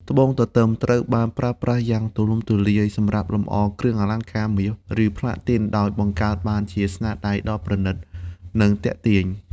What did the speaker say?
ត្បូងទទឹមត្រូវបានប្រើប្រាស់យ៉ាងទូលំទូលាយសម្រាប់លម្អគ្រឿងអលង្ការមាស ឬផ្លាទីន ដោយបង្កើតបានជាស្នាដៃដ៏ប្រណិត និងទាក់ទាញ។